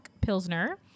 Pilsner